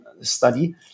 Study